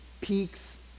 peaks